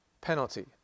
penalty